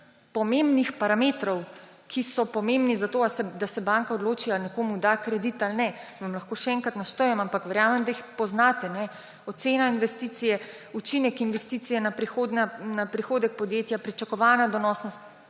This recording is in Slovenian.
pomembnih parametrov, ki so pomembni za to, da se banka odloči, ali nekomu da kredit ali ne. Lahko vam jih še enkrat naštejem, ampak verjamem, da jih poznate: ocena investicije, učinek investicije na prihodek podjetja, pričakovana donosnost